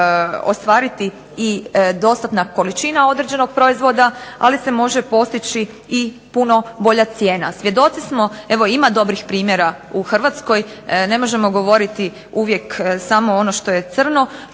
ostvariti i dostatna količina određenog proizvoda, ali se može postići i puno bolja cijena. Svjedoci smo, evo ima dobrih primjera u Hrvatskoj. Ne možemo govoriti uvijek samo ono što je crno.